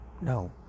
no